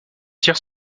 tire